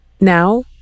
Now